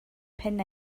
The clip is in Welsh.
pen